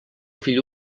fill